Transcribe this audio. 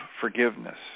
forgiveness